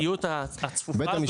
של הקהילתיות הצפופה הזאת --- הבנתי.